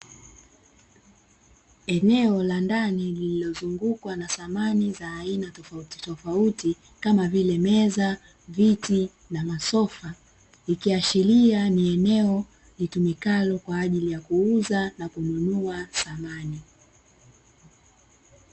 Eneo la ndani lililozungukwa na samani za aina tofautitofauti kama vile; meza, viti na masofa ikiashiria ni eneo litumikalo kwa ajili ya kuuza na kununua samani.